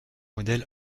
model